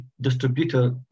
distributor